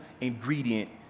ingredient